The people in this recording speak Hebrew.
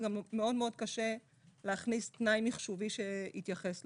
זה גם מאוד קשה להכניס תנאי מחשובי שיתייחס לזה.